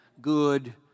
good